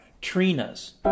Trina's